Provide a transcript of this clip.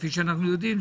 כפי שאנחנו יודעים,